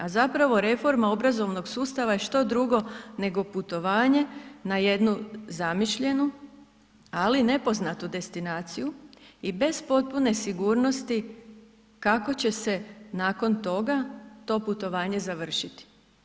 A zapravo reforma obrazovnog sustava što drugo nego putovanje na jednu zamišljenu ali nepoznatu destinaciju i bez potpune sigurnosti kako će se nakon toga nakon toga to putovanje završiti.